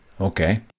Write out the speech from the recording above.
Okay